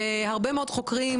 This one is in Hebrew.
ויש הרבה מאוד חוקרים